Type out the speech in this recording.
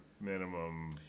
minimum